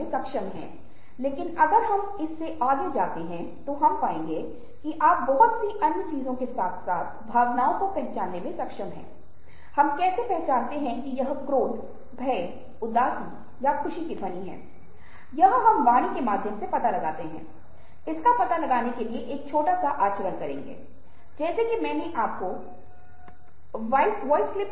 उस बातों का ध्यान रखें यदि आप इन के प्रति संवेदनशील हैं तो अगला कदम अपने आप को अलग करना है क्योंकि यदि आप अपनी भावनाओं को पहचानने में सक्षम हैं इसका मतलब है कि आप एक निश्चित स्तर पर खुद को अलग करने में सक्षम हैं और कहते हैं कि ठीक है अब मुझे गुस्सा आ रहा है मैं देख सकता हूं कि मुझे गुस्सा आ रहा है